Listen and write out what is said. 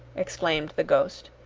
exclaimed the ghost.